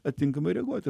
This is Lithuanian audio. atitinkamai reaguoti